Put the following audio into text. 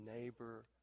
neighbor